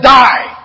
die